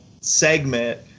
segment